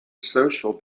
social